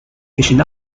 fission